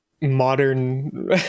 modern